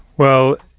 well,